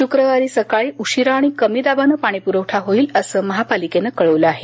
शुक्रवारी सकाळी उशिरा आणि कमी दाबानं पाणीप्रवठा होईल असं महापालिकेनं कळवलं आहे